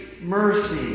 mercy